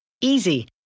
Easy